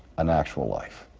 an actual life,